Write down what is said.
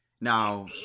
Now